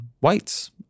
whites